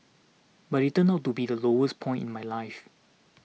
but it turned out to be the lowest point in my life